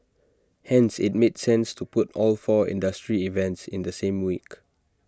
hence IT made sense to put all four industry events in the same week